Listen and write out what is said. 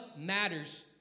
matters